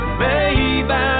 baby